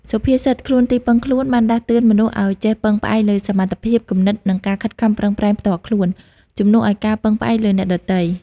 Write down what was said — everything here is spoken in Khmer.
សុភាសិត«ខ្លួនទីពឹងខ្លួន»បានដាស់តឿនមនុស្សឲ្យចេះពឹងផ្អែកលើសមត្ថភាព គំនិត និងការខិតខំប្រឹងប្រែងផ្ទាល់ខ្លួន ជំនួសឲ្យការពឹងផ្អែកលើអ្នកដទៃ។